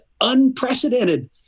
unprecedented